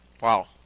Wow